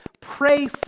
pray